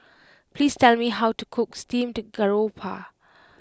please tell me how to cook steamed Garoupa